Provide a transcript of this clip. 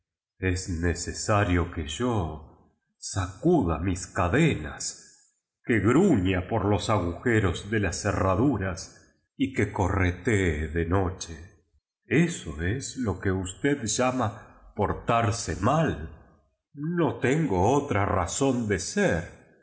es necesario que vo sacuda mis cade nas que gruño por jos agujeros de las cerra duras y que corretee de noche eso es lo que usted huma portarse mal no tengo otra razón de ser